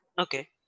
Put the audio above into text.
Okay